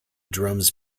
drums